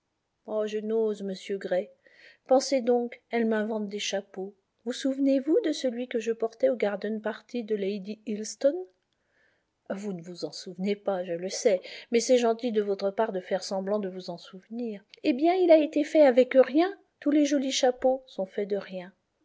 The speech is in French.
je n'ose monsieur gray pensez donc elle m'invente des chapeaux vous souvenez-vous de celui que je portais au garden party de lady hilstone vous ne vous en souvenez pas je le sais mais c'est gentil de votre part de faire semblant de vous en souvenir eh bien il a été fait avec rien tous les jolis chapeaux sont faits de rien